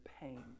pain